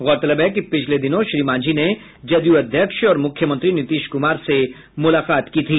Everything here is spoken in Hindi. गौरतलब है कि पिछले दिनों श्री मांझी ने जदयू अध्यक्ष और मुख्यमंत्री नीतीश क्मार से मुलाकात की थी